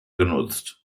genutzt